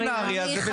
נהריה.